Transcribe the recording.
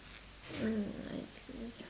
mm I see